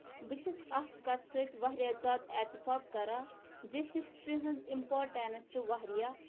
بہٕ چھَس اَتھ کَتھِ سۭتۍ واریاہ زیادٕ ایٚتفاق کران زِ ہسٹری ہٕنٛز اِمپارٹینٕس چھِ واریاہ